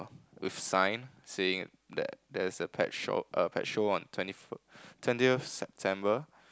with sign saying that there's a pet shop ah pet show on twenty twentieth September